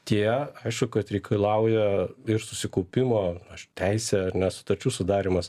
tie aišku kad reikalauja ir susikaupimo aš teisę ar ne sutarčių sudarymas